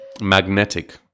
magnetic